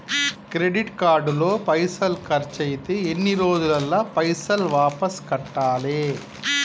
Credit card లో పైసల్ ఖర్చయితే ఎన్ని రోజులల్ల పైసల్ వాపస్ కట్టాలే?